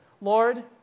Lord